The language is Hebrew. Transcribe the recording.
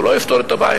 הוא לא יפתור את הבעיה.